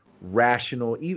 rational